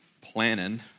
planning